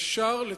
לתקן.